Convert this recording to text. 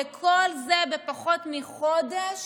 וכל זה בפחות מחודש